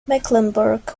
mecklenburg